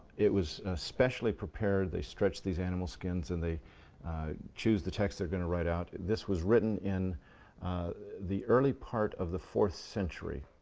it was specially prepared. they stretched these animal skins and they choose the text they were going to write out. and this was written in the early part of the fourth century.